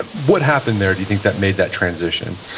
what happened there, do you think that made that transition?